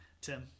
Tim